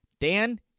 Dan